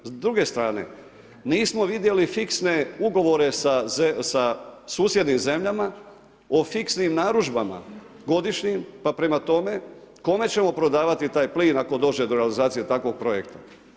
S druge strane nismo vidjeli fiksne ugovore sa susjednim zemljama, o fiksnim narudžbama godišnjim, pa prema tome, kome ćemo prodavati taj plin, ako dođe do realizacije takvog projekta?